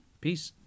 Peace